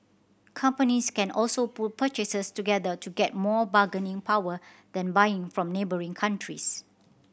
companies can also pool purchases together to get more bargaining power then buying from neighbouring countries